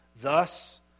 Thus